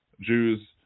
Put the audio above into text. Jews